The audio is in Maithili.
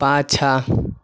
पाछाँ